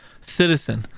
Citizen